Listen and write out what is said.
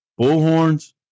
bullhorns